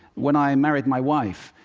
when i married my wife,